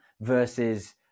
versus